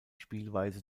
spielweise